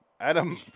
Adam